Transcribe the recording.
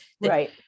Right